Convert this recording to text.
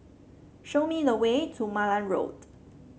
show me the way to Malan Road